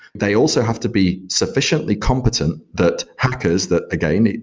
they also have to be sufficiently competent that hackers that, again,